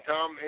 Tom